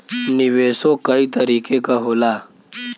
निवेशो कई तरीके क होला